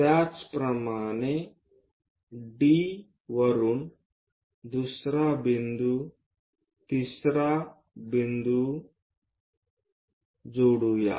त्याचप्रमाणे D वरुन दुसरा बिंदू तिसरा बिंदू जोडूया